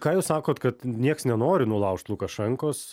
ką jūs sakot kad nieks nenori nulaužt lukašenkos